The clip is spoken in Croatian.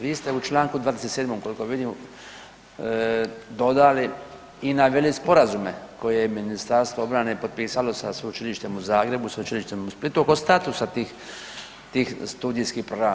Vi ste u Članku 27. koliko vidim dodali i naveli sporazume koje je Ministarstvo obrane potpisalo sa Sveučilištem u Zagrebu, Sveučilištu u Splitu oko statusa tih, tih studijskih programa.